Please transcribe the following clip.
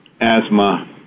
asthma